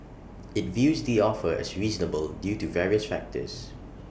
IT views the offer as reasonable due to various factors